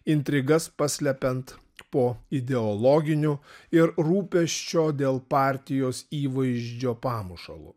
intrigas paslepiant po ideologinių ir rūpesčio dėl partijos įvaizdžio pamušalu